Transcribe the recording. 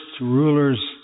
rulers